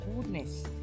goodness